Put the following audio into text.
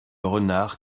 renard